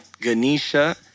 Ganesha